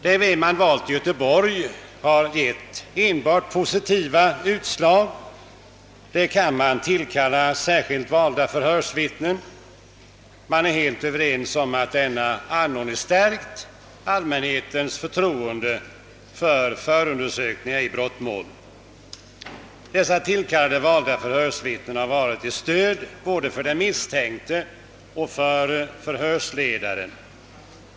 Den väg som valts i Göteborg har givit enbart positiva resultat. Där kan man tillkalla särskilt valda förhörsvittnen, och är helt överens om att denna anordning stärkt allmänhetens förtroende för förundersökningarna i brottmål. Dessa tillkallade valda förhörsvittnen har varit till stöd både för den misstänkte och för förhörsledaren.